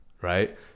right